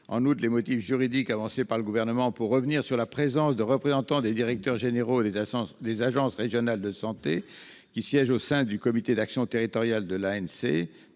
mobilités. Les motifs juridiques avancés par le Gouvernement pour revenir sur la présence de représentants des directeurs généraux des agences régionales de santé au sein du comité d'action territoriale de l'ANCT